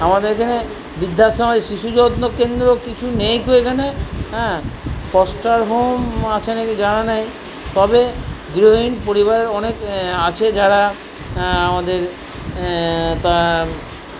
আমাদের এখানে বৃদ্ধাশ্রমে শিশু যত্নকেন্দ্র কিছু নেই কো এখানে হ্যাঁ ফস্টার হোম আছে না কি জানা নেই তবে গৃহহীন পরিবারের অনেকে আছে যারা আমাদের প্রায়